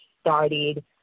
started